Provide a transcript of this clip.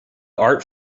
art